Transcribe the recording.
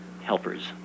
helpers